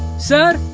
sir,